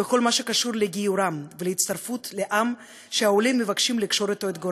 בכל מה שקשור לגיורם ולהצטרפות לעם שהעולים מבקשים לקשור עמו את גורלם.